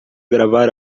gravar